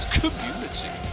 community